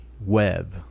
web